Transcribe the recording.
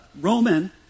Roman